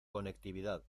conectividad